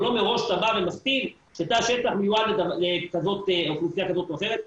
אבל לא מראש אתה בא ומסכים שתא שטח מיועד לאוכלוסייה כזאת או אחרת.